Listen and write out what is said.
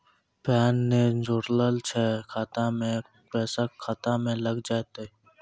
Pan ने जोड़लऽ छै खाता मे पैसा खाता मे लग जयतै?